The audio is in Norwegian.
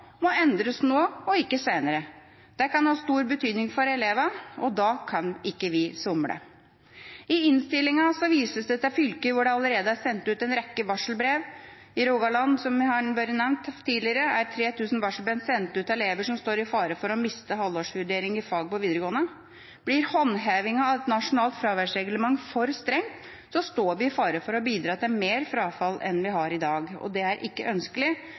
må endres nå og ikke seinere. Det kan ha stor betydning for elevene. Da kan ikke vi somle. I innstillinga vises det til fylker hvor det allerede er sendt ut en rekke varselbrev. I Rogaland, som har blitt nevnt tidligere, er 3 000 varselbrev sendt ut til elever som står i fare for å miste halvårsvurdering i fag på videregående. Blir håndhevingen av et nasjonalt fraværsreglement for streng, står vi i fare for å bidra til mer frafall enn vi har i dag. Det er ikke ønskelig,